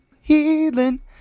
healing